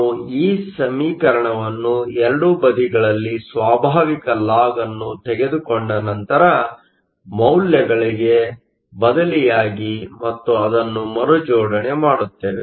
ನಾವು ಈ ಸಮೀಕರಣವನ್ನು ಎರಡೂ ಬದಿಗಳಲ್ಲಿ ಸ್ವಾಭಾವಿಕ ಲಾಗ್ ಅನ್ನು ತೆಗೆದುಕೊಂಡು ನಂತರ ಈ ಮೌಲ್ಯಗಳಿಗೆ ಬದಲಿಯಾಗಿ ಮತ್ತು ಅದನ್ನು ಮರುಜೋಡಣೆ ಮಾಡುತ್ತೇವೆ